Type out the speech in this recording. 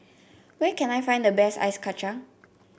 where can I find the best Ice Kachang